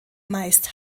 meist